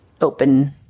open